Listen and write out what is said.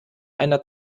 einer